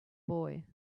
boy